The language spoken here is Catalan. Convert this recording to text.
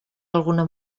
alguna